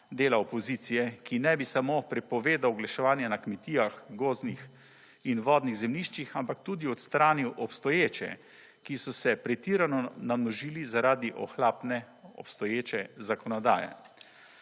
dela opozicije, ki ne bi samo prepovedal oglaševanje na kmetijah, gozdnih in vodnih zemljiščih, ampak tudi odstranil obstoječe, ki so se pretirano namnožili zaradi ohlapne obstoječe zakonodaje.